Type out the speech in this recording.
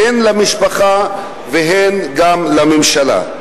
הן למשפחה והן לממשלה.